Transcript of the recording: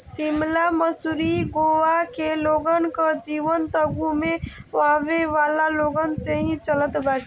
शिमला, मसूरी, गोवा के लोगन कअ जीवन तअ घूमे आवेवाला लोगन से ही चलत बाटे